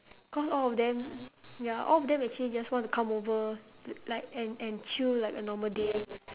cause all of them ya all of them actually just want to come over li~ like and and chill like a normal day